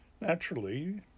Naturally